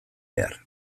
behar